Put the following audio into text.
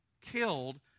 killed